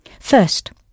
First